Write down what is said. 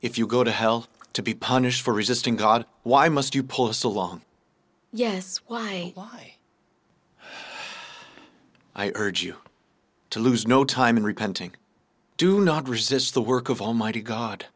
if you go to hell to be punished for resisting god why must you pull us along yes why why i urge you to lose no time in repenting do not resist the work of almighty